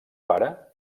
pare